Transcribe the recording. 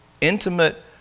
intimate